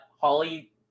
Holly